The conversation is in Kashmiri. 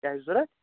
کیٚاہ چھِ ضوٚرتھ